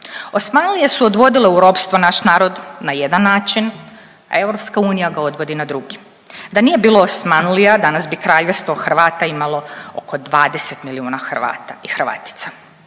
Osmanlije su odvodile u ropstvo naš narod na jedan način, a EU ga odvodi na drugi. Da nije bilo Osmanlija danas bi kraljevstvo Hrvata imalo oko 20 milijuna Hrvata i Hrvatica.